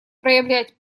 проявлять